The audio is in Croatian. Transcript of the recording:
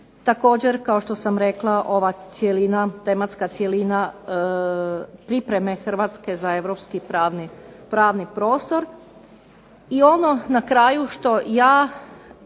Također, kao što sam rekla ova cjelina, tematska cjelina, pripreme Hrvatske za europski pravni prostor i ono na kraju što ja